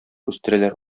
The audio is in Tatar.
үстерәләр